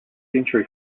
century